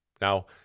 Now